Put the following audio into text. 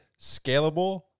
scalable